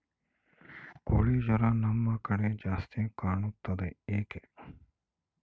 ಕೋಳಿ ಜ್ವರ ನಮ್ಮ ಕಡೆ ಜಾಸ್ತಿ ಕಾಣುತ್ತದೆ ಏಕೆ?